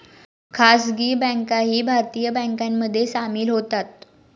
खासगी बँकाही भारतीय बँकांमध्ये सामील होतात